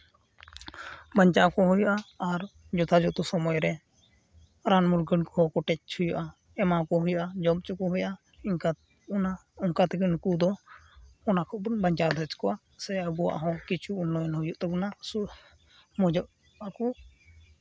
ᱵᱟᱧᱪᱟᱣ ᱠᱚ ᱦᱩᱭᱩᱜᱼᱟ ᱟᱨ ᱡᱚᱛᱷᱟ ᱡᱚᱛᱚ ᱥᱚᱢᱚᱭ ᱨᱮ ᱨᱟᱱ ᱢᱩᱨᱜᱟᱹᱱ ᱠᱚᱦᱚᱸ ᱠᱚᱴᱮᱡ ᱦᱩᱭᱩᱜᱼᱟ ᱮᱢᱟᱣᱟᱠᱚ ᱦᱩᱭᱩᱜᱼᱟ ᱡᱚᱢ ᱚᱪᱚ ᱠᱚ ᱦᱩᱭᱩᱜᱼᱟ ᱤᱝᱠᱟ ᱚᱱᱠᱟ ᱛᱮᱜᱮ ᱩᱝᱠᱩ ᱫᱚ ᱚᱱᱟ ᱠᱷᱚᱡ ᱫᱚᱢ ᱵᱟᱧᱪᱟᱣ ᱫᱟᱲᱮᱣᱟᱠᱚᱣᱟ ᱥᱮ ᱟᱵᱚᱣᱟᱜ ᱦᱚᱸ ᱠᱤᱪᱷᱩ ᱩᱱᱱᱚᱭᱚ ᱦᱩᱭᱩᱜ ᱛᱟᱵᱚᱱᱟ ᱥᱮ ᱢᱚᱡᱚᱜ ᱟᱠᱚ